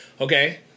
okay